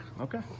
Okay